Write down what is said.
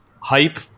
Hype